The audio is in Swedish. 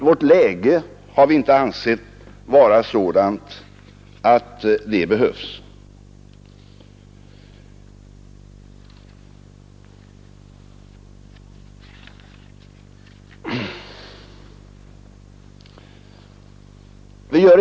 Vi har inte ansett vårt läge vara sådant att det behövs.